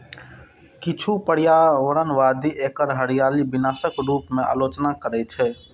किछु पर्यावरणवादी एकर हरियाली विनाशक के रूप मे आलोचना करै छै